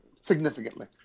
significantly